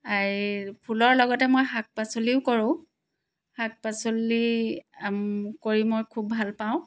এই ফুলৰ লগতে মই শাক পাচলিও কৰোঁ শাক পাচলি কৰি মই খুব ভাল পাওঁ